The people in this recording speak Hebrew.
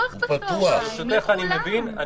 הוא פתוח בצוהריים לכולם.